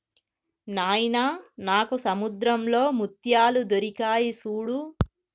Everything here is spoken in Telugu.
నాయిన నాకు సముద్రంలో ముత్యాలు దొరికాయి సూడు